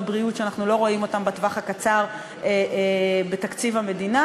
בריאות שאנחנו לא רואים אותן בטווח הקצר בתקציב המדינה,